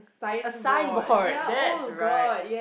a signboard that's right